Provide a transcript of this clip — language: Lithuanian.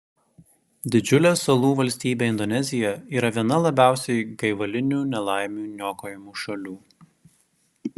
didžiulė salų valstybė indonezija yra viena labiausiai gaivalinių nelaimių niokojamų šalių